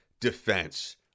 Defense